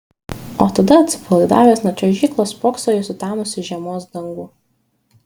o tada atsipalaidavęs nuo čiuožyklos spokso į sutemusį žiemos dangų